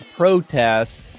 protest